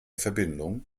verbindung